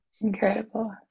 Incredible